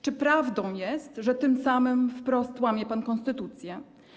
Czy prawdą jest, że tym samym wprost łamie pan konstytucję?